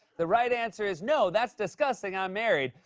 the right answer is, no, that's disgusting. i'm married,